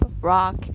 rock